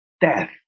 death